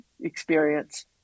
experience